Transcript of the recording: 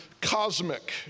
cosmic